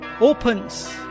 opens